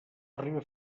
arriba